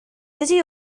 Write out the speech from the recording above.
dydy